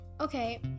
Okay